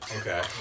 Okay